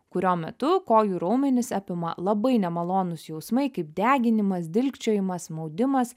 kurio metu kojų raumenys apima labai nemalonūs jausmai kaip deginimas dilgčiojimas maudimas